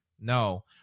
No